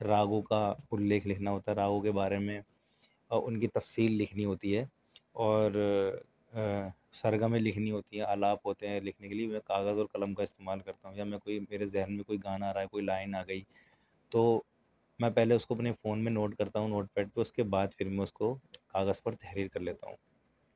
راگوں کا الّیکھ لکھنا ہوتا ہے راگوں کے بارے میں اور ان کی تفصیل لکھنی ہوتی ہے اور سارے گامے لکھنی ہوتی ہے الاپ ہوتے ہیں لکھنے کے لئے کاغذ اور قلم کا استعمال کرتا ہوں یا میں کوئی میرے ذہن میں کوئی گانا آ رہا ہے کوئی لائن آ گئی تو میں پہلے اس کو اپنے فون میں نوٹ کرتا ہوں نوٹ پیڈ پہ اس کے بعد پھر میں اس کو کاغذ پر تحریر کر لیتا ہوں